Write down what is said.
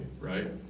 right